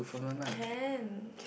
can